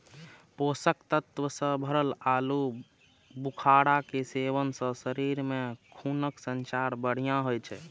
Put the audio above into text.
पोषक तत्व सं भरल आलू बुखारा के सेवन सं शरीर मे खूनक संचार बढ़िया होइ छै